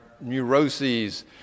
neuroses